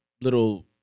little